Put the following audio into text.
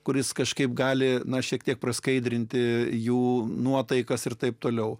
kuris kažkaip gali na šiek tiek praskaidrinti jų nuotaikas ir taip toliau